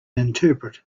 interpret